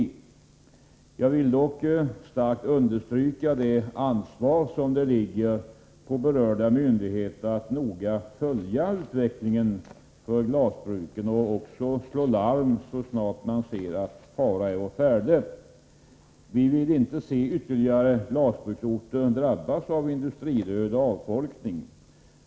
Jag vill dock verkligen understryka det ansvar som ligger på berörda myndigheter, som alltså har att noga följa utvecklingen beträffande glasbruken. Dessutom måste man slå larm så snart man ser att fara är å färde. Vi vill inte uppleva att ytterligare glasbruksorter drabbas av industridöd och avfolkning.